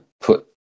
put